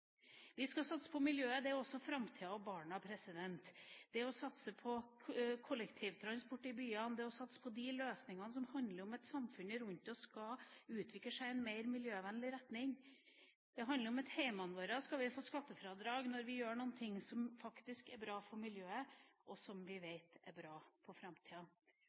Vi skal satse på miljøet – det er også framtida og barna. Det er å satse på kollektivtransport i byene, det er å satse på de løsningene som handler om at samfunnet rundt oss skal utvikle seg i en mer miljøvennlig retning. Det handler om at vi skal få skattefradrag når vi gjør noe i hjemmene våre som faktisk er bra for miljøet, og som vi vet er bra for framtida.